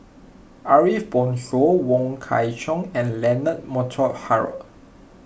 Ariff Bongso Wong Kwei Cheong and Leonard Montague Harrod